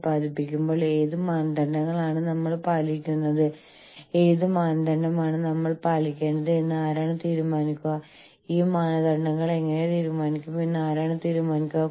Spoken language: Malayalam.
കൂടാതെ ലോകത്തിന്റെ മറ്റ് ഭാഗങ്ങളിൽ അവരുടെ ജോലിയുടെ ചക്രവാളങ്ങൾ വികസിപ്പിക്കാൻ അവർക്ക് കഴിയുന്നു അതിനാൽ അതായത് അവർക്ക് അവരുടെ ഫീൽഡുകളെക്കുറിച്ച് കൂടുതൽ അറിയാം